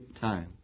time